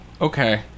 Okay